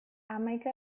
hamaika